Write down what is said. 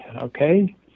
okay